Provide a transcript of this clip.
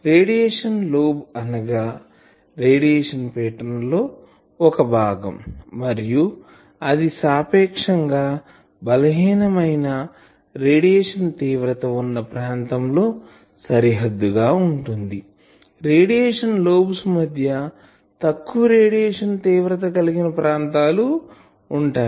radiation lobe అనగా radiation pattern లో ఒక భాగం మరియు అది సాపేక్షంగా బలహీనమైన రేడియేషన్ తీవ్రత ఉన్న ప్రాంతంతో సరిహద్దు గా ఉంటుంది రేడియేషన్ లోబ్స్ మధ్య తక్కువ రేడియేషన్ తీవ్రత కలిగిన ప్రాంతాలు ఉంటాయి